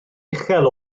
uchel